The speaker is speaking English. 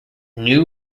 new